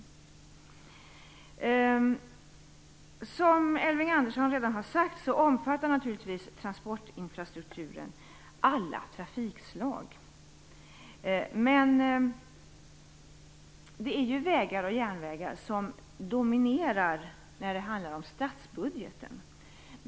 Som Elving Andersson redan har sagt omfattar transportinfrastrukturen naturligtvis alla trafikslag, men det är vägar och järnvägar som dominerar när det handlar om statsbudgeten.